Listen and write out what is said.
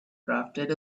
crafted